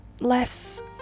less